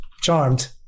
charmed